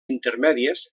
intermèdies